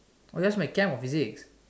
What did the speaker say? oh that was Chem or physics